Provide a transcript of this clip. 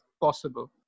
possible